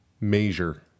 measure